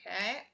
Okay